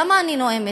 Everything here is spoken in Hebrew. למה אני נואמת?